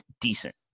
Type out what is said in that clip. decent